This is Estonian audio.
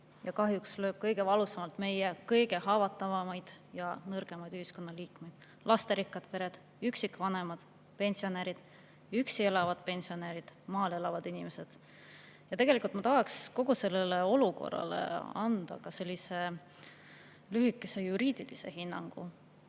ja kahjuks lööb kõige valusamalt meie kõige haavatavamaid ja nõrgemaid ühiskonnaliikmeid: lasterikkad pered, üksikvanemad, pensionärid, eriti üksi elavad pensionärid, maal elavad inimesed. Ma tahan kogu sellele olukorrale anda lühikese juriidilise hinnangu.